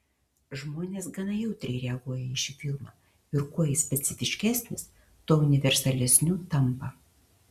žmonės gana jautriai reaguoja į šį filmą ir kuo jis specifiškesnis tuo universalesniu tampa